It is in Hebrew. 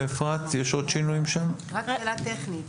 הצמיד נשאר.